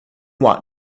what